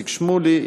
איציק שמולי,